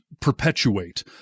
perpetuate